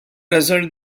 result